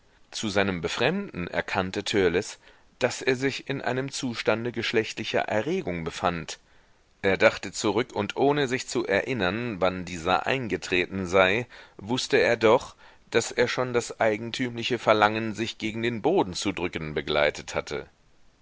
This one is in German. zu seinem befremden erkannte törleß daß er sich in einem zustande geschlechtlicher erregung befand er dachte zurück und ohne sich zu erinnern wann dieser eingetreten sei wußte er doch daß er schon das eigentümliche verlangen sich gegen den boden zu drücken begleitet hatte